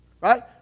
right